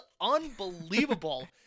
unbelievable